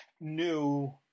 new